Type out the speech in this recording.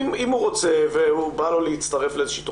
אם הוא רוצה ובא לו להצטרף לאיזושהי תוכנית,